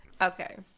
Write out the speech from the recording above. Okay